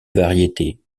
variété